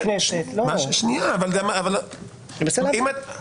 אני מנסה להבין.